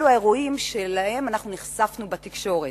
אלו האירועים שלהם אנחנו נחשפנו בתקשורת.